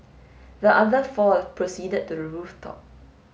the other four proceeded to rooftop